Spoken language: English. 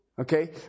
Okay